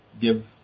give